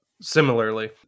similarly